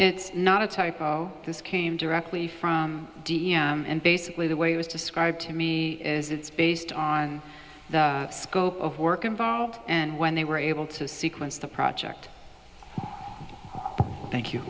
it's not a typo this came directly from d m and basically the way it was described to me is it's based on the scope of work involved and when they were able to sequence the project thank you